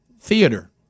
theater